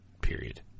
Period